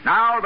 Now